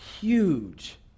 huge